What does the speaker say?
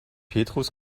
petrus